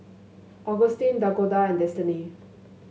Agustin Dakoda and Destini